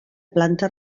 planta